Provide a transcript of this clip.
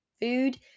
Food